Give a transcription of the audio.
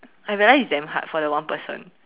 I realize it's damn hard for the one person